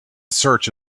search